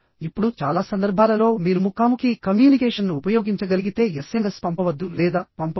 ఇప్పుడు చాలా సందర్భాలలో మీరు ముఖాముఖి కమ్యూనికేషన్ను ఉపయోగించగలిగితే ఎస్ఎంఎస్ పంపవద్దు లేదా పంపవద్దు